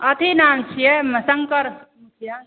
अथी नाम छियै शंकर मुखिया